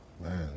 man